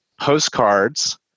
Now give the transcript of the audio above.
postcards